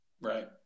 right